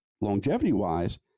longevity-wise